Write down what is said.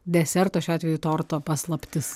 deserto šiuo atveju torto paslaptis